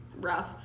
rough